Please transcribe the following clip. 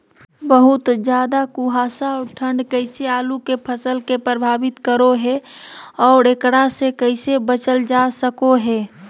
बहुत ज्यादा कुहासा और ठंड कैसे आलु के फसल के प्रभावित करो है और एकरा से कैसे बचल जा सको है?